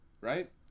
right